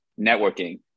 networking